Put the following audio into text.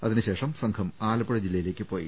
അതിനുശേഷം സംഘം ആലപ്പുഴ ജില്ലയിലേക്ക് പോയി